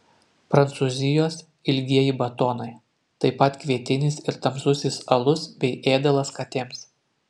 prancūzijos ilgieji batonai taip pat kvietinis ir tamsusis alus bei ėdalas katėms